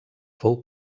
fou